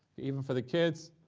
even for the kids,